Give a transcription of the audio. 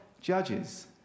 judges